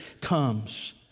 comes